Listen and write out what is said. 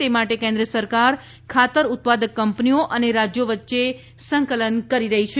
તે માટે કેન્દ્ર સરકાર ખાતર ઉત્પાદક કંપનીઓ અને રાજ્યો વચ્ચે સંકલન કરી રહી છે